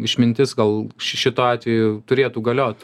išmintis gal šituo atveju turėtų galiot